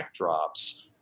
backdrops